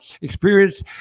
experience